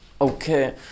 Okay